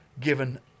given